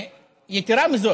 יתרה מזאת,